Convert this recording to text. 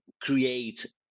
create